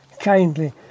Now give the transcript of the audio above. Kindly